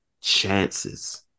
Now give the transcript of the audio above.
chances